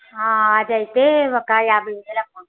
ఆ అదైతే ఒక యాభై వేలు అమ్మ